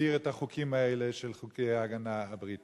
הגדיר את החוקים האלה, חוקי ההגנה הבריטיים.